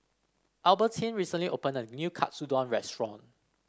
Albertine recently opened a new Katsudon restaurant